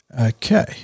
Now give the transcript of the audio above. Okay